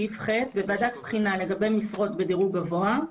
ועדת בחינה לגבי משרות בדירוג גבוה.